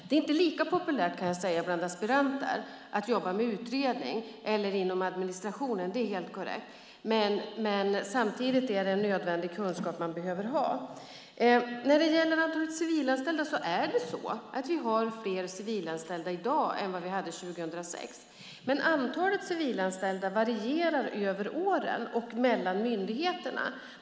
Det är inte lika populärt bland aspiranter att jobba med utredning eller inom administrationen, kan jag säga. Det är helt korrekt. Men samtidigt är det en nödvändig kunskap. När det gäller antalet civilanställda har vi fler civilanställda i dag än vi hade 2006. Men antalet varierar över åren och mellan myndigheterna.